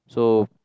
so